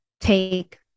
take